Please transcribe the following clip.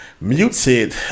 muted